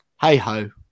Hey-ho